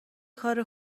کار